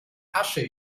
asche